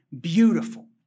beautiful